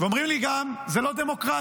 ואומרים לי גם: זה לא דמוקרטי.